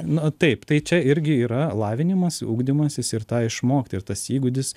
na taip tai čia irgi yra lavinimas ugdymasis ir tą išmokti ir tas įgūdis